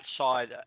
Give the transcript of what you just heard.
outside